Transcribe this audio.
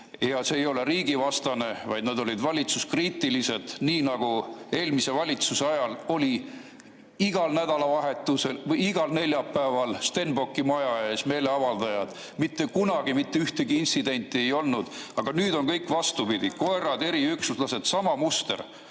ja see ei ole riigivastane, vaid nad olid valitsuskriitilised, nii nagu eelmise valitsuse ajal olid igal nädalavahetusel või igal neljapäeval Stenbocki maja ees meeleavaldajad. Mitte kunagi mitte ühtegi intsidenti ei olnud, aga nüüd on kõik vastupidi: koerad, eriüksuslased, sama muster.